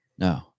No